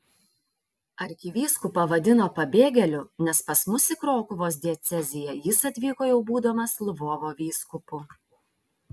arkivyskupą vadino pabėgėliu nes pas mus į krokuvos dieceziją jis atvyko jau būdamas lvovo vyskupu